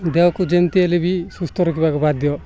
ଦେହକୁ ଯେମିତି ହେଲେ ବି ସୁସ୍ଥ ରଖିବାକୁ ବାଧ୍ୟ୍ୟ